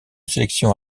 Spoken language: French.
sélection